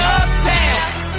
uptown